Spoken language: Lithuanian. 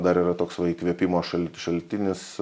dar yra toks va įkvėpimo šal šaltinis